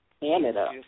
Canada